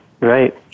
right